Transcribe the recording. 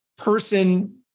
person